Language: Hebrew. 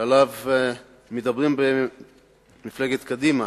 שעליו מדברים במפלגת קדימה